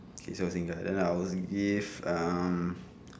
K selalu singgah then I will give um